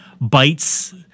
bites